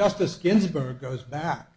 justice ginsburg goes back